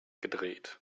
gedreht